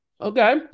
Okay